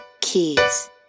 keys